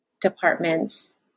departments